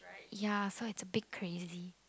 ya so it's a bit crazy